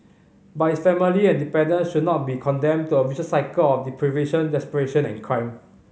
but his family and dependants should not be condemned to a vicious cycle of deprivation desperation and crime